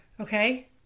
Okay